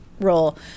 role